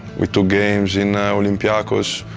we took games in olympiacos,